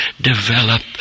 develop